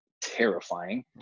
terrifying